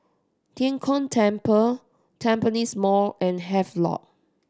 Tian Kong Temple Tampines Mall and Havelock